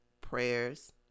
prayers